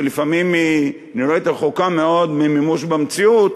שלפעמים נראית רחוקה מאוד ממימוש במציאות,